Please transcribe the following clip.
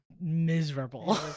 miserable